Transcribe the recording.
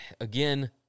again